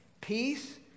peace